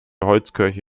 holzkirche